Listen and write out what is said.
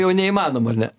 jau neįmanoma ar ne